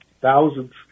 thousands